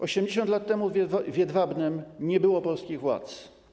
80 lat temu w Jedwabnem nie było polskich władz.